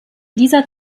dieser